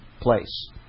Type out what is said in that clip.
place